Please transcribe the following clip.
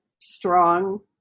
strong